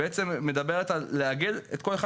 היא בעצם מדברת על לעגל את כל אחד